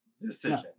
decision